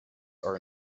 are